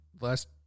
last